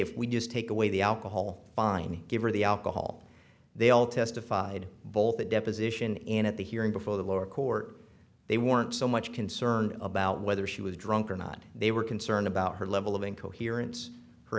if we just take away the alcohol finally give her the alcohol they all testified both the deposition in at the hearing before the lower court they weren't so much concerned about whether she was drunk or not they were concerned about her level of incoherence her